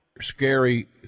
scary